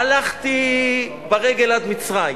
הלכתי ברגל עד מצרים.